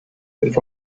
with